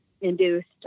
induced